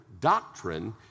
doctrine